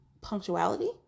punctuality